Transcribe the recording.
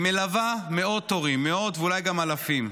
היא מלווה מאות הורים, מאות ואולי גם אלפים.